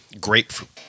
grapefruit